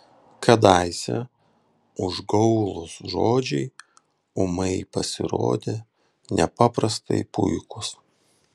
kadaise užgaulūs žodžiai ūmai pasirodė nepaprastai puikūs